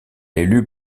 élu